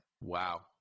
Wow